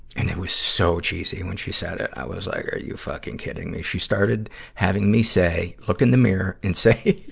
and it was so cheesy when she said it. i was like are you fucking kidding me? she started having me say, look in the mirror, and say,